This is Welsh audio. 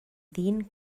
ddyn